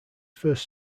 first